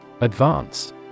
Advance